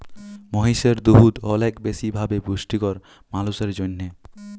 মহিষের দুহুদ অলেক বেশি ভাবে পুষ্টিকর মালুসের জ্যনহে